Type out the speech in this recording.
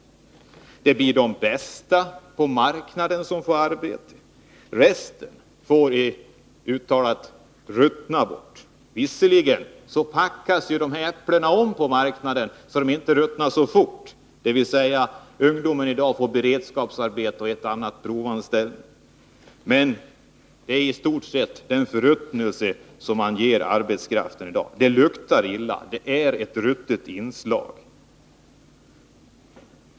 Det blir de bästa på marknaden som får arbete. Resten får så att säga ruttna bort. Visserligen packas de här äpplena om på marknaden, så att de inte ruttnar så fort, dvs. ungdomar får i dag beredskapsarbeten och en och annan provanställning. Men det är i stort sett en förruttnelse som man ger arbetskraften i dag. Det luktar illa — det är ett ruttet inslag.